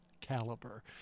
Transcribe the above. caliber